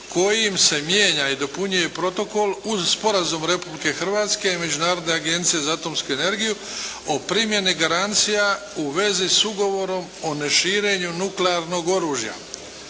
kojom se mijenja i dopunjuje Protokol uz Sporazum između Republike Hrvatske i Međunarodne agencije za atomsku energiju o primjeni garancija u vezi s Ugovorom o neširenju nuklearnog oružja,